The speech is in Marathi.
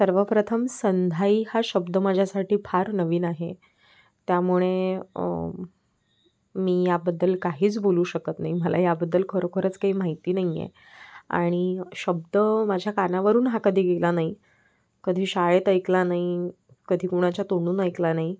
सर्वप्रथम संधाई हा शब्द माझ्यासाठी फार नवीन आहे त्यामुळे मी याबद्दल काहीच बोलू शकत नाही मला याबद्दल खरोखरच काही माहिती नाही आहे आणि शब्द माझ्या कानावरून हा कधी गेला नाही कधी शाळेत ऐकला नाही कधी कोणाच्या तोंडून ऐकला नाही